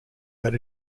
but